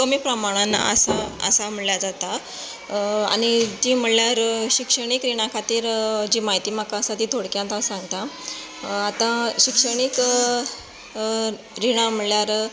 कमी प्रमाणान आसा आसा म्हणल्या जाता आनी ती म्हणल्यार शिक्षणीक रिणां खातीर जी माहिती म्हाका आसा ती थोडक्यांत हांव सांगता आतां शिक्षणीक रिणां म्हणल्यार